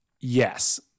Yes